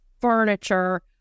furniture